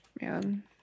Man